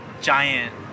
giant